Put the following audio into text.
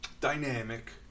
dynamic